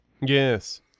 Yes